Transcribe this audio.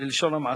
בלשון המעטה.